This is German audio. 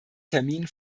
termin